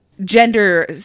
Gender